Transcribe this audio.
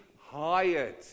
hired